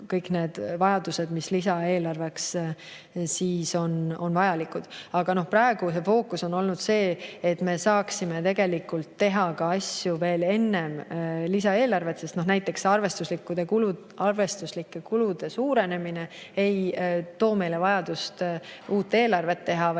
kõik need vajadused, mis lisaeelarveks on vajalikud. Aga praegune fookus on olnud see, et me saaksime tegelikult teha asju veel enne lisaeelarvet, sest näiteks arvestuslike kulude suurenemine ei too meile vajadust uut eelarvet teha, vaid